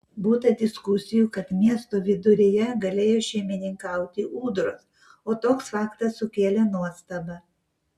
būta diskusijų kad miesto viduryje galėjo šeimininkauti ūdros o toks faktas sukėlė nuostabą